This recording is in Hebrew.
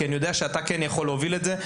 כי אני יודע שאתה כן מסוגל להוביל את זה.